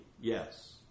yes